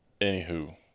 anywho